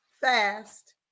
fast